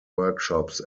workshops